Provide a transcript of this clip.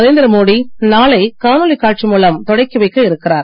நரேந்திர மோடி நாளை காணொலி காட்சி மூலம் தொடக்கிவைக்க இருக்கிறார்